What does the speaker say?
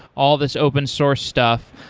all these open-source stuff.